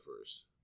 first